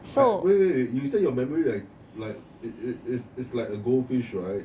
I wait wait you say your memory like like is is like a goldfish right